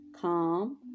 calm